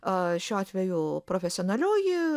a šiuo atveju profesionalioji